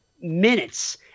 minutes